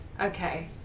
okay